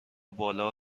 بالا